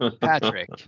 Patrick